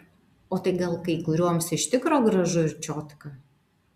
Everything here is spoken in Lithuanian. o tai gal kai kurioms iš tikro gražu ir čiotka